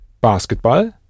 Basketball